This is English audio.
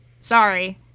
Sorry